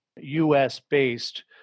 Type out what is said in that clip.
US-based